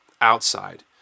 outside